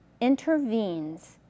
intervenes